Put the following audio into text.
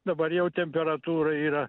dabar jau temperatūra yra